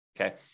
Okay